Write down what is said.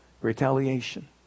Retaliation